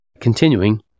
Continuing